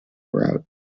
route